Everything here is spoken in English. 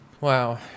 Wow